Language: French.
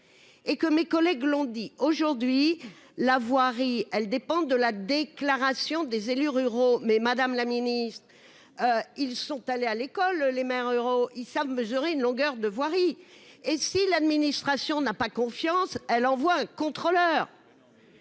et que mes collègues l'ont dit aujourd'hui la voirie elles dépendent de la déclaration des élus ruraux mais Madame la Ministre, ils sont allés à l'école, les maires ruraux, ils savent mesurer une longueur de voirie et si l'administration n'a pas confiance, elle envoie un contrôleur.